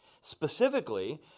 Specifically